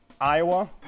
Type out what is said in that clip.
Iowa